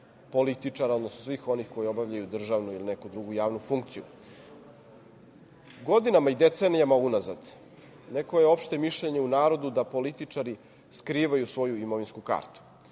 političara, odnosno svih onih koji obavljaju državnu ili neku drugu javnu funkciju. Godinama i decenijama unazad, neko je opšte mišljenje u narodu da političari skrivaju svoju imovinsku kartu.